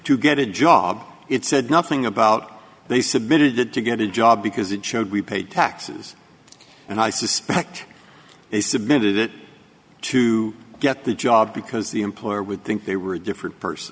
to get a job it said nothing about they submitted to get a job because it showed we paid taxes and i suspect they submitted that to get the job because the employer would think they were a different person